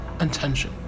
intention